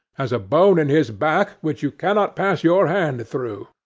has a bone in his back which you cannot pass your hand through!